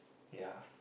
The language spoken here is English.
ya